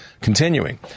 continuing